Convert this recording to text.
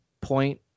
point